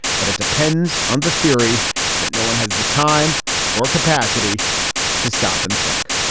but it depends on the theory that no one has the time or capacity to stop and think